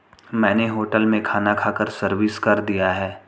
मैंने होटल में खाना खाकर सर्विस कर दिया है